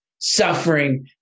suffering